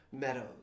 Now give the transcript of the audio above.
meadows